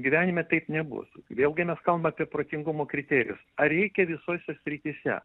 gyvenime taip nebus vėlgi mes kalbam apie protingumo kriterijus ar reikia visose srityse